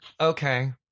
okay